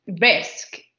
risk